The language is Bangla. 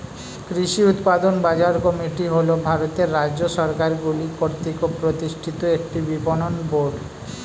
কৃষি উৎপাদন বাজার কমিটি হল ভারতের রাজ্য সরকারগুলি কর্তৃক প্রতিষ্ঠিত একটি বিপণন বোর্ড